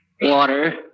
water